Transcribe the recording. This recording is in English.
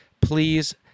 please